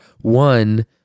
one